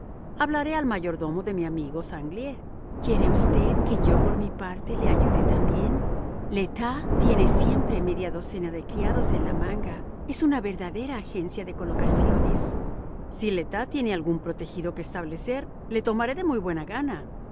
hablaré al mayordomo de mi amigo sanglié quiere usted que yo por mi parte le ayude también le tas tiene siempre media docena de criados en la manga es una verdadera agencia de colocaciones si le tas tiene algún protegido que establecer le tomaré de muy buena gana